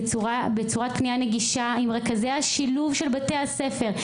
בצורת פנייה נגישה עם רכזי השילוב של בתי הספר.